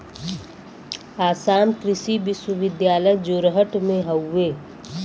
आसाम कृषि विश्वविद्यालय जोरहट में हउवे